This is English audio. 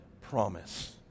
promise